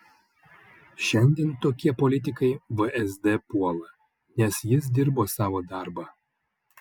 šiandien tokie politikai vsd puola nes jis dirbo savo darbą